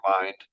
mind